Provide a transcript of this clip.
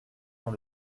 dans